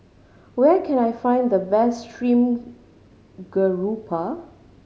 where can I find the best stream grouper